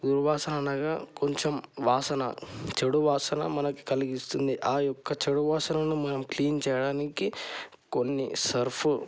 దుర్వాసన అనగా కొంచెం వాసన చెడు వాసన మనకు కలిగిస్తుంది ఆ యొక్క చెడు వాసనను మన క్లీన్ చేయడానికి కొన్ని సర్ఫు